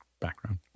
background